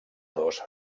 dos